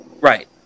Right